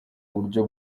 buryo